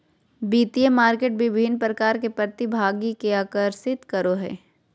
वित्तीय मार्केट विभिन्न प्रकार के प्रतिभागि के आकर्षित करो हइ